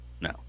No